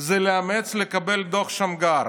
זה לאמץ, לקבל את דוח שמגר.